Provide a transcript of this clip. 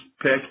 pick